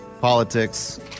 Politics